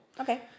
Okay